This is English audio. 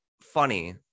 funny